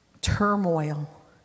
turmoil